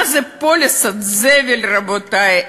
מה זה, פוליסת זבל, רבותי?